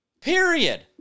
Period